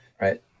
right